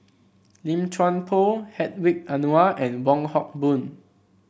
Lim Chuan Poh Hedwig Anuar and Wong Hock Boon